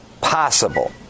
possible